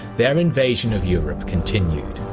their invasion of europe continued.